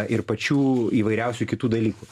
ir pačių įvairiausių kitų dalykų